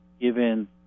given